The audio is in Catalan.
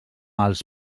els